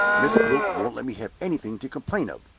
miss gwilt won't let me have anything to complain of.